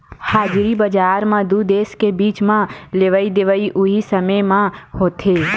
हाजिरी बजार म दू देस के बीच म लेवई देवई उहीं समे म होथे